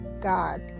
God